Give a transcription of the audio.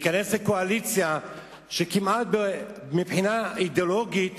להיכנס לקואליציה שמבחינה אידיאולוגית